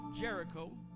Jericho